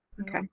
Okay